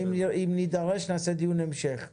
ואם נידרש נעשה דיון המשך.